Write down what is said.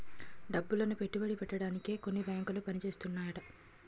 డబ్బులను పెట్టుబడి పెట్టడానికే కొన్ని బేంకులు పని చేస్తుంటాయట